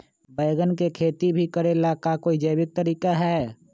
बैंगन के खेती भी करे ला का कोई जैविक तरीका है?